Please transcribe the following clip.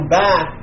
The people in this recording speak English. back